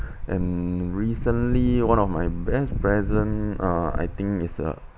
and recently one of my best present uh I think is a